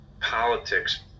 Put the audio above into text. politics